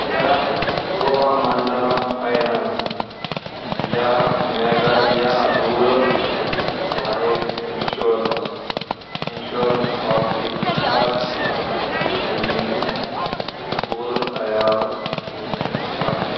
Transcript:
کیٛاہ چولامنٛڈَلم فاینانٛس یا Meghalaya rural bank life insurance insurance policy چھےٚ کانٛہہ یُس میٲنِس پوٗرٕ عیالَس خٲطرٕ آسہِ